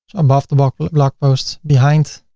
above the blog but blog posts, behind